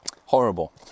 Horrible